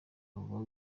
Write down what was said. abo